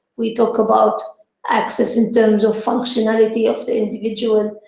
we talk about access in terms of functionality of the individual.